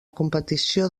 competició